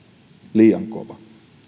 liian kova